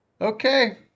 okay